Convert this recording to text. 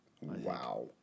Wow